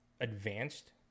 advanced